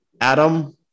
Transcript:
Adam